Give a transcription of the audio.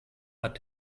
hat